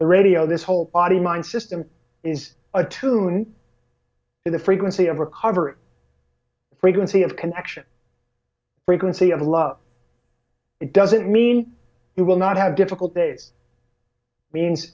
the radio this whole body mind system is attuned to the frequency of recovery frequency of connection frequency of love it doesn't mean you will not have difficult days means